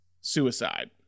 suicide